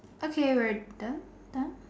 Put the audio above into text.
okay we're done done